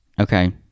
Okay